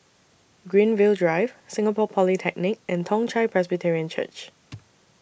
Greenfield Drive Singapore Polytechnic and Toong Chai Presbyterian Church